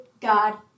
God